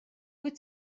wyt